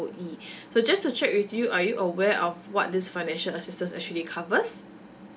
_E so just to check with you are you aware of what this financial assistance actually covers